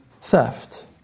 theft